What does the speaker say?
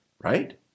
right